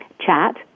chat